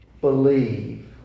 believe